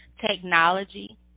technology